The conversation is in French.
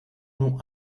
non